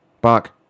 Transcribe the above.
Bark